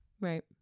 Right